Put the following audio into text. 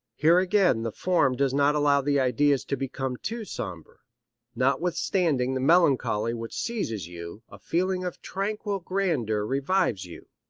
here again the form does not allow the ideas to become too sombre notwithstanding the melancholy which seizes you, a feeling of tranquil grandeur revives you.